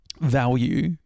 value